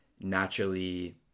naturally